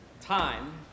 time